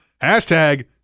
Hashtag